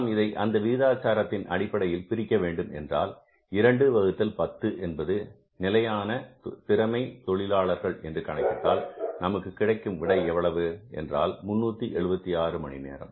நாம் இதை அந்த விகிதாச்சாரத்தில் அடிப்படையில் பிரிக்க வேண்டும் என்றால் 2 வகுத்தல் 10 என்பது நிலையான திறமை தொழிலாளர்கள் என்று கணக்கிட்டால் நமக்கு கிடைக்கும் விடை எவ்வளவு என்றால் 376 மணி நேரம்